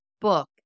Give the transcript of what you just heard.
book